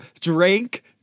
drink